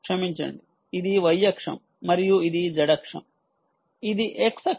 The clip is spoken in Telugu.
క్షమించండి ఇది y అక్షం మరియు ఇది z అక్షం ఇది x అక్షం